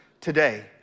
today